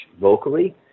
vocally